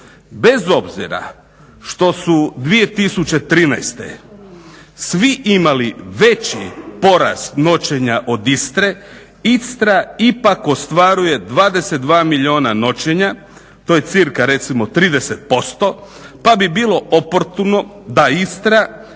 bez obzira što su 2013.svi imali veći porast noćenja od Istre, Istra ipak ostvaruje 22 milijuna noćenja, to je cirka recimo 30% pa bi bilo oportuno da Istra